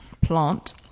plant